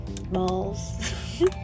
balls